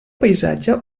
paisatge